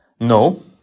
No